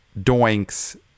doinks